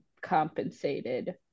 compensated